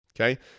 okay